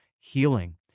healing